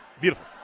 beautiful